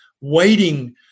waiting